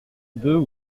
deux